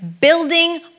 building